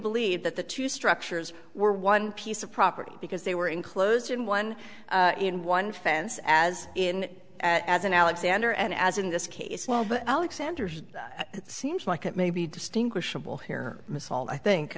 believe that the two structures were one piece of property because they were enclosed in one in one fence as in as in alexander and as in this case well but alexander's it seems like it may be distinguishable here miss all i think